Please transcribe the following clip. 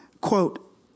Quote